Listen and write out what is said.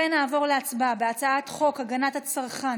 ונעבור להצבעה על הצעת חוק הגנת הצרכן